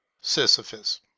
Sisyphus